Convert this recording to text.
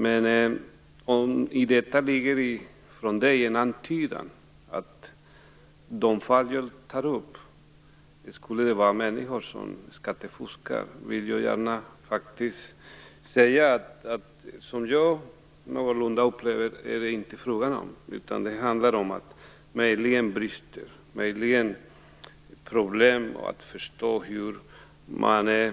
Men om det från Thomas Östros sida finns en antydan om att det - i de fall som jag tar upp - skulle handla om människor som skattefuskar vill jag säga att det, som jag upplever det, inte är fråga om det. Det handlar möjligen om brister i kommunikationen och om problem med att förstå hur man skall